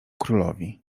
królowi